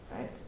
right